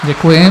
Děkuji.